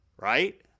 right